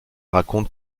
raconte